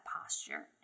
posture